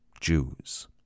Jews